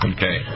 Okay